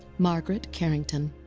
margaret carrington.